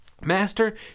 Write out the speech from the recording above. Master